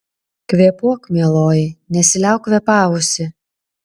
kvėpuok mieloji nesiliauk kvėpavusi